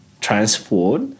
Transport